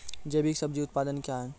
जैविक सब्जी उत्पादन क्या हैं?